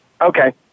Okay